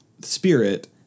spirit